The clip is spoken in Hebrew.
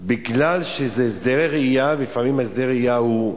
בגלל שאלה הסדרי ראייה, לפעמים הסדר ראייה הוא,